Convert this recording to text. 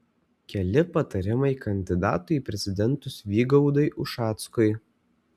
keli patarimai kandidatui į prezidentus vygaudui ušackui